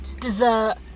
Dessert